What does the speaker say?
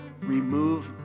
remove